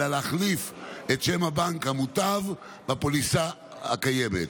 אלא להחליף את שם הבנק המוטב בפוליסה הקיימת.